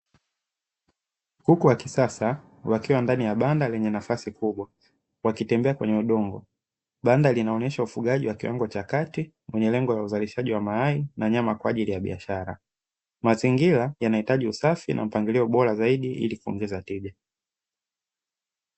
Kuku wakisasa wakiwa ndani ya banda lenye nafasi kubwa wakitembea kwenye udongo. Banda kinaonesha ufugaji wa kiwango cha kati wenye lengo la uzalishaji wa mayai na nyama, kwa ajili ya biashara. Mazingira yanahitaji usafi na kuangalia ubora zaidi ili kuongeza tija.